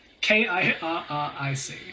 K-I-R-R-I-C